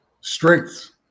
strengths